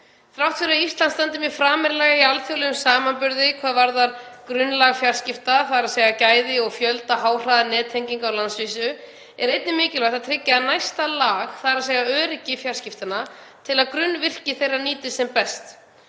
Þrátt fyrir að Ísland standi mjög framarlega í alþjóðlegum samanburði hvað varðar grunnlag fjarskipta, þ.e. gæði og fjölda háhraðanettenginga á landsvísu, er einnig mikilvægt að tryggja næsta lag, þ.e. öryggi fjarskiptanna, til að grunnvirki þeirra nýtist sem best.